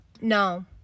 no